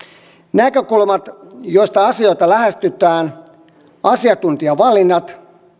näkökulmat joista asioita lähestytään ja asiantuntijavalinnat